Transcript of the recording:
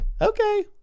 okay